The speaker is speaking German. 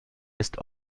ist